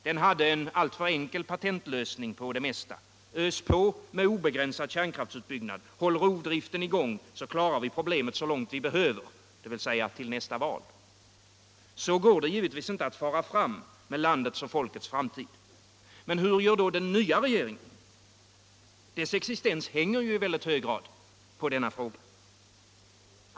Den hade en alltför enkel patentlösning på det mesta: Ös på med obegränsad kärnkraftsutbyggnad, håll rovdriften i gång, så klarar vi problemet så långt vi behöver, dvs. till nästa val. Så går det givetvis inte att fara fram med landets och folkets framtid. Men hur gör den nya regeringen? Dess existens hänger ju i väldigt hög grad på denna fråga.